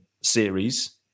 series